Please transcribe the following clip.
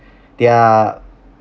they're